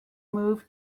move